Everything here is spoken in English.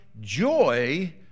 joy